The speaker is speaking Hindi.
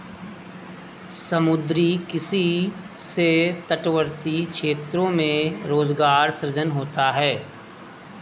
समुद्री किसी से तटवर्ती क्षेत्रों में रोजगार सृजन होता है